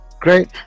Great